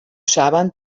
saben